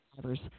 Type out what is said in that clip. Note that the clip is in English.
drivers